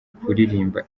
kuririmba